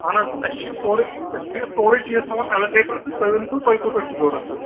اَہَن حظ اَسہِ چھُ یہِ سورُے اَسہِ چھُ یہِ سورُے چیٖز تھاوان ایویلیبٕل تہٕ تُہۍ ؤنۍتَو تۄہہِ کوٗتاہ چھُو ضروٗرت حظ